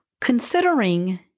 considering